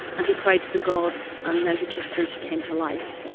and he prayed to the gods, and then he kissed her, and she came to life.